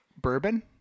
Bourbon